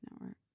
network